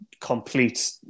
complete